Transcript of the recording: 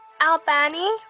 Albani